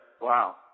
Wow